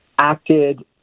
acted